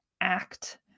act